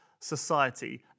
Society